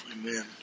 amen